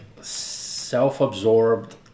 self-absorbed